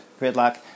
gridlock